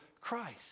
Christ